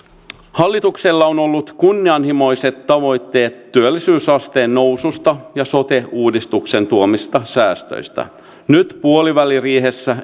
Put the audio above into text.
hallituksella on on ollut kunnianhimoiset tavoitteet työllisyysasteen noususta ja sote uudistuksen tuomista säästöistä nyt puoliväliriihessä